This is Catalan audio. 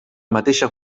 mateixa